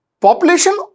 population